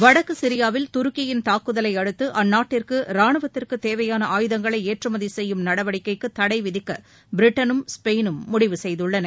வடக்கு சிரியாவில் துருக்கியின் தாக்குதலை அடுத்து அந்நாட்டிற்கு ரானுவத்திற்கு தேவையாள ஆயுதங்களை ஏற்றுமதி செய்யும் நடவடிக்கைக்கு தடை விதிக்க பிரிட்டனும் ஸ்பெயினும் முடிவு செய்துள்ளன